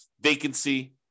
vacancy